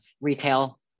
retail